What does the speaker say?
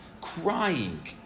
crying